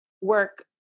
work